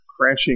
Crashing